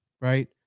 right